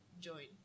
join